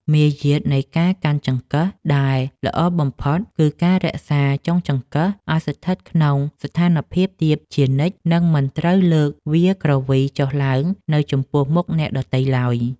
មារយាទនៃការកាន់ចង្កឹះដែលល្អបំផុតគឺការរក្សាចុងចង្កឹះឱ្យស្ថិតក្នុងស្ថានភាពទាបជានិច្ចនិងមិនត្រូវលើកវាក្រវីចុះឡើងនៅចំពោះមុខអ្នកដទៃឡើយ។